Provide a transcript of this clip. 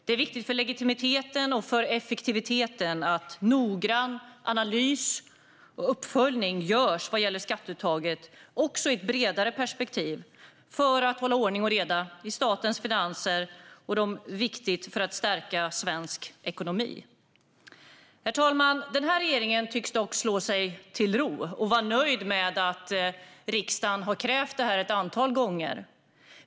Det är viktigt för legitimiteten och för effektiviteten att noggrann analys och uppföljning görs vad gäller skatteuttaget också i ett bredare perspektiv för att hålla ordning och reda i statens finanser, och det är viktigt för att stärka svensk ekonomi. Herr talman! Den här regeringen tycks dock slå sig till ro och vara nöjd med att riksdagen har krävt det här ett antal gånger.